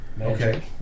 Okay